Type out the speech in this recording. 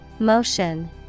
Motion